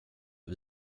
sig